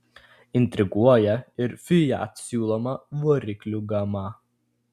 intriguoja ir fiat siūloma variklių gama